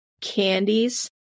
candies